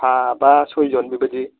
साबा सयजन बेबायदि